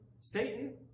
Satan